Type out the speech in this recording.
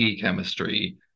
chemistry